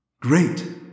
Great